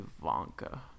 Ivanka